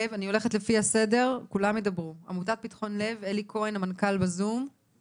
אי-ביטחון תזונתי חמור זה אומר שהם מוותרים על כמות מזון,